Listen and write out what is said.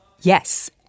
Yes